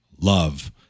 love